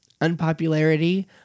Unpopularity